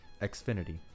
Xfinity